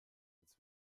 als